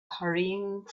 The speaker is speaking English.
hurrying